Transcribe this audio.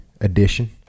edition